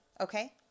Okay